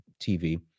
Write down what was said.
TV